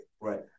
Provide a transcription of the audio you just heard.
Right